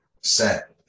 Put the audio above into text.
set